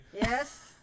Yes